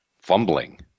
fumbling